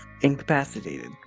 incapacitated